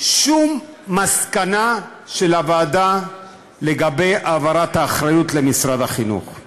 שום מסקנה של הוועדה לגבי העברת האחריות למשרד החינוך.